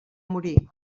morir